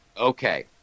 Okay